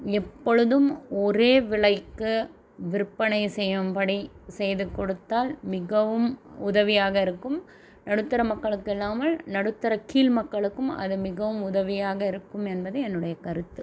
எப்பொழுதும் ஒரே விலைக்கு விற்பனை செய்யும்படி செய்து கொடுத்தால் மிகவும் உதவியாக இருக்கும் நடுத்தர மக்களுக்கில்லாமல் நடுத்தர கீழ் மக்களுக்கும் அது மிகவும் உதவியாக இருக்கும் என்பது என்னுடைய கருத்து